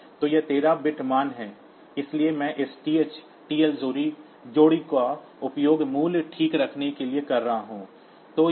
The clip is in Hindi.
तो यह 13 बिट मान है लेकिन मैं इस TH TL जोड़ी का उपयोग मूल्य ठीक रखने के लिए कर रहा हूं